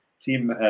team